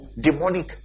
demonic